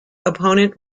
opponent